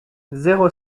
zéro